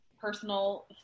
personal